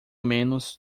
menos